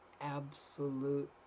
absolute